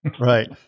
Right